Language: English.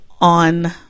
on